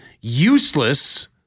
useless